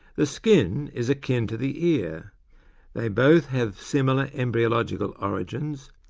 the skin is akin to the ear they both have similar embryological origins,